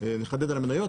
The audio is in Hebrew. נחדד על המניות,